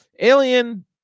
alien